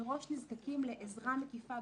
מראש נזקקים לעזרה מקיפה,